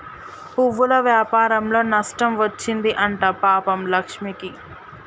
పువ్వుల వ్యాపారంలో నష్టం వచ్చింది అంట పాపం లక్ష్మికి